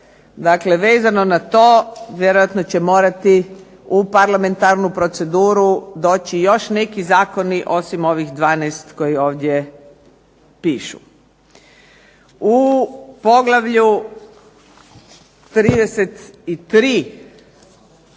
Dakle, vezano na to vjerojatno će morati u parlamentarnu proceduru doći još neki zakoni osim ovih 12 koji ovdje pišu. U poglavlju 33.